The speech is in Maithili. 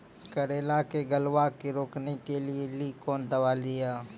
करेला के गलवा के रोकने के लिए ली कौन दवा दिया?